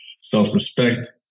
Self-respect